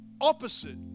opposite